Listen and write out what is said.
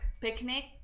Picnic